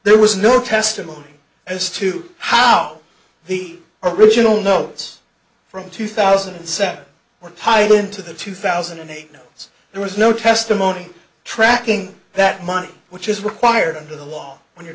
there was no testimony as to how he original notes from two thousand and seven were piling into the two thousand and eight so there was no testimony tracking that money which is required under the law when you're